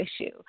issue